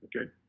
Okay